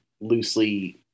loosely